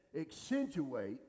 accentuate